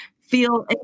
feel